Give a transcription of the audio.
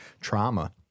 trauma